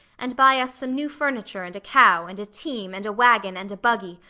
and buy us some new furniture and a cow, and a team, and wagon, and a buggy,